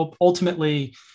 ultimately